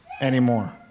anymore